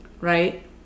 right